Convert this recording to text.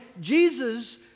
Jesus